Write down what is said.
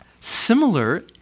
Similar